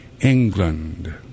England